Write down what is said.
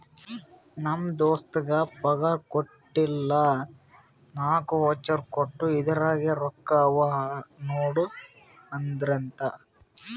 ನಮ್ ದೋಸ್ತಗ್ ಪಗಾರ್ ಕೊಟ್ಟಿಲ್ಲ ನಾಕ್ ವೋಚರ್ ಕೊಟ್ಟು ಇದುರಾಗೆ ರೊಕ್ಕಾ ಅವಾ ನೋಡು ಅಂದ್ರಂತ